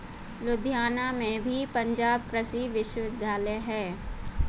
लुधियाना में भी पंजाब कृषि विश्वविद्यालय है